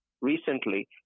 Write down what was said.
recently